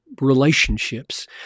Relationships